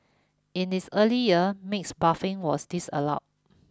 in its earlier years mixed bathing was disallowed